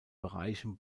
bereichen